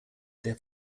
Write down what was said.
their